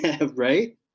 right